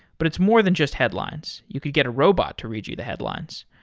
but it's more than just headlines. you could get a robot to read you the headlines.